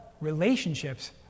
relationships